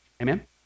Amen